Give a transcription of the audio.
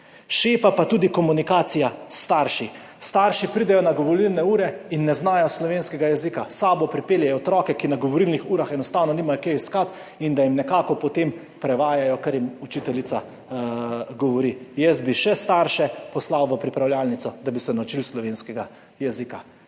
Šepa pa tudi komunikacija s starši. Starši pridejo na govorilne ure in ne znajo slovenskega jezika. S sabo pripeljejo otroke, ki na govorilnih urah enostavno nimajo kaj iskati, da jim nekako potem prevajajo, kar jim učiteljica govori. Jaz bi še starše poslal v pripravljalnico, da bi se naučili slovenskega jezika.